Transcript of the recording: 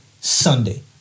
Sunday